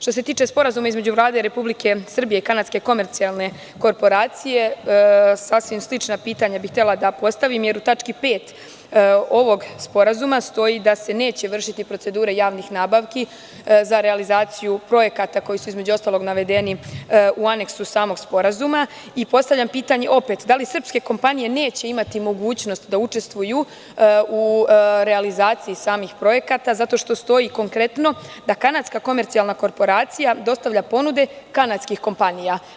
Što se tiče Sporazuma između Vlade Republike Srbije i Kanadske komercijalne korporacije, sasvim slična pitanja bih htela da postavim jer u tački 5. ovog sporazuma stoji da se neće vršiti procedura javnih nabavki za realizaciju projekata koji su između ostalog navedeni u Aneksu samog Sporazuma i postavljam pitanje opet – da li srpske kompanije neće imati mogućnost da učestvuju u realizaciji samog projekta zato što konkretno stoji da Kanadska komercijalna korporacija dostavlja ponude kanadskih kompanija?